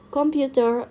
computer